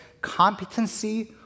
competency